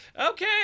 okay